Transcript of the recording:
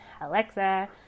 Alexa